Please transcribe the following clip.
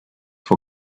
for